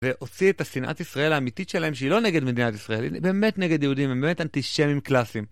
והוציא את השנאת ישראל האמיתית שלהם, שהיא לא נגד מדינת ישראל, היא באמת נגד יהודים, הם באמת אנטישמים קלאסיים.